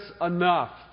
enough